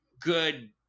good